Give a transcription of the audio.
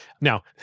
Now